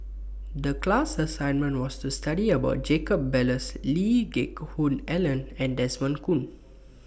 The class assignment was to study about Jacob Ballas Lee Geck Hoon Ellen and Desmond Kon